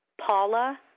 Paula